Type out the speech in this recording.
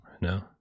no